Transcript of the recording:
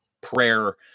prayer